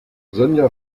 sonja